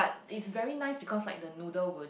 is very nice because like the noodle would